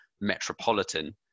metropolitan